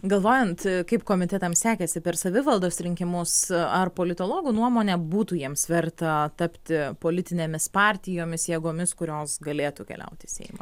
galvojant kaip komitetams sekėsi per savivaldos rinkimus ar politologų nuomone būtų jiems verta tapti politinėmis partijomis jėgomis kurios galėtų keliauti į seimą